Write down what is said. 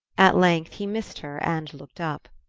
at length he missed her and looked up.